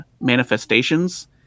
manifestations